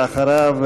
ואחריו,